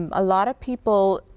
um a lot of people